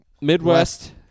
Midwest